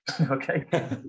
Okay